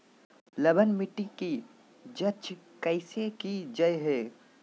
लवन मिट्टी की जच कैसे की जय है?